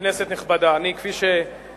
כנסת נכבדה, אני, כפי שאמרת,